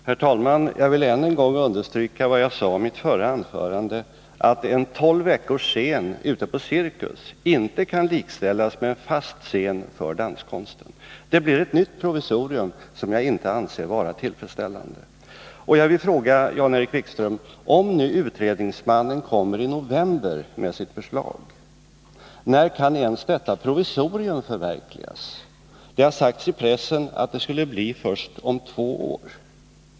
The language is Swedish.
Herr talman! Jag vill än en gång understryka vad jag sade i mitt förra anförande, att en tolv veckors scen ute på Cirkus inte kan likställas med en fast scen för danskonsten. Det blir ett nytt provisorium, vilket jag anser inte är tillfredsställande. Jag vill fråga Jan-Erik Wikström: Om nu utredningsmannen kommer med sitt förslag i november, när kan ens detta provisorium förverkligas? Det har sagts i pressen att det skulle bli först om två år.